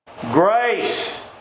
Grace